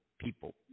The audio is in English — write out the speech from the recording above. People